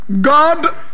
God